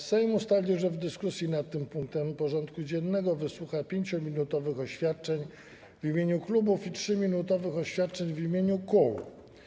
Sejm ustalił, że w dyskusji nad tym punktem porządku dziennego wysłucha 5-minutowych oświadczeń w imieniu klubów i 3-minutowych oświadczeń w imieniu kół.